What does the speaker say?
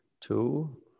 two